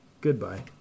Goodbye